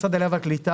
משרד העלייה והקליטה,